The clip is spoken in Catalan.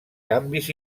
canvis